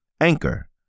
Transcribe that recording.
Anchor